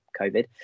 COVID